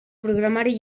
programari